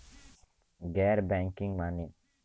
गैर बैंकिंग माने?